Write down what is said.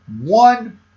one